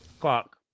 Fuck